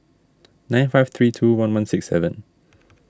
nine five three two one one six seven